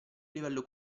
livello